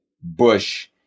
Bush